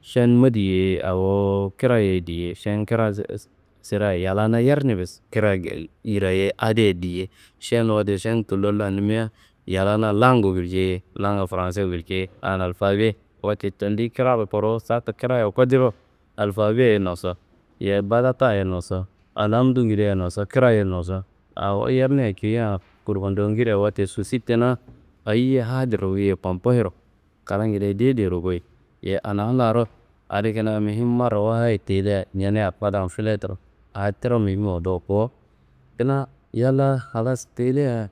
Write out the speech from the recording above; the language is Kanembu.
šen mediye awo krayeye diye, šen krasira yalana yerne bes kra grayei adiye diye, šen wote šen tullo lannima yalana langu guljei, lango franse guljei, analfabe. Wote tondi kraro kuru sartu krayero kodiro alfabe ye noso yeyi batata ye noso alhamdungede ye noso kra- ye noso awo yerne kiya kurkondongida wote susi tena ayiye hadiro wuyei kompoyiro klangide dedero goyi. Yeyi ana laro adi kina muhim marrayit tela ñena fadan fileturu awo tiro muhimmowo do bo. Kuna yan la halas telaa.